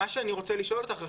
מה שאני רוצה לשאול אותך בעצם,